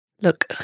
Look